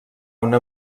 una